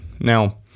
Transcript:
now